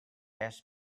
asked